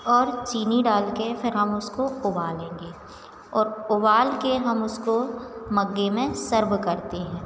और चीनी डालकर फिर हम उसको उबालेंगे और उबालकर हम उसको मग्गे में सर्व करते हैं